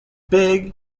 big